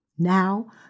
Now